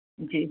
जी